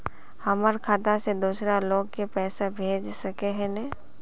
हमर खाता से दूसरा लोग के पैसा भेज सके है ने?